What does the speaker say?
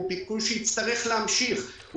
הוא ביקוש שיצטרך להמשיך.